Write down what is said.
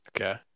Okay